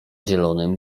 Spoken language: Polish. zielonym